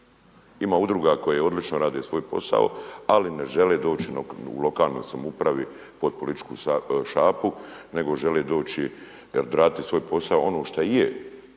Ima udruga koje odlično rade svoj posao, ali ne žele doći u lokalnoj samoupravi pod političku šapu nego žele doći i raditi svoj posao ono što je